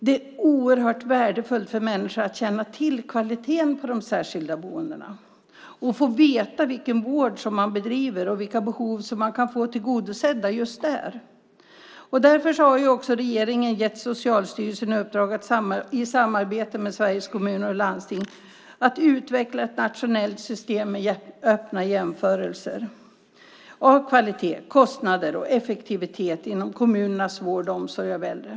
Det är oerhört värdefullt för människor att känna till kvaliteten på de särskilda boendena, att få veta vilken vård som bedrivs och vilka behov som kan tillgodoses just där. Därför har regeringen gett Socialstyrelsen i uppdrag att i samarbete med Sveriges Kommuner och Landsting utveckla ett nationellt system med öppna jämförelser av kvalitet, kostnader och effektivitet i kommunernas vård och omsorg av äldre.